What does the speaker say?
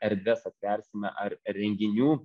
erdves atversime ar renginių